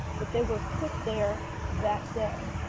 but they were put there that day.